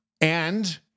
And-